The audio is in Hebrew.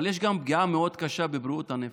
אבל יש פגיעה מאוד קשה גם בבריאות הנפש.